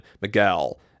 Miguel